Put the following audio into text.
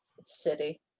City